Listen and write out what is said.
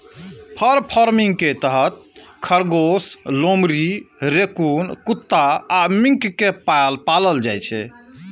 फर farming के तहत खरगोश, लोमड़ी, रैकून कुत्ता आ मिंक कें पालल जाइ छै